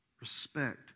respect